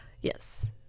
Yes